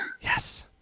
Yes